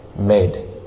made